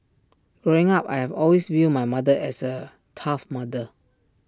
growing up I have always viewed my mother as A tough mother